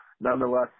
nonetheless